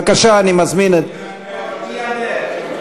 בבקשה, אני מזמין את, מי יענה?